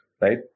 right